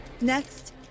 Next